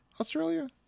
australia